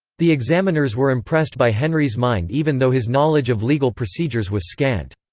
the examiners were impressed by henry's mind even though his knowledge of legal procedures was scant.